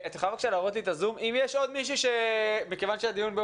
אם יש עוד מישהו שרוצה לדבר ולא